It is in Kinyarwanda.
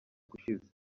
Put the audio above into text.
ushize